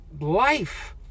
life